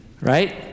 right